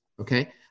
okay